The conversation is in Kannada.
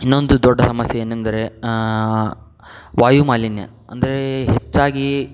ಇನ್ನೊಂದು ದೊಡ್ಡ ಸಮಸ್ಯೆ ಏನೆಂದರೆ ವಾಯುಮಾಲಿನ್ಯ ಅಂದರೆ ಹೆಚ್ಚಾಗಿ